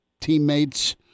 teammates